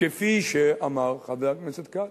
כפי שאמר חבר הכנסת כץ,